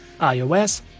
iOS